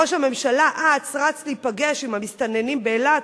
ראש הממשלה אץ רץ להיפגש עם המסתננים באילת,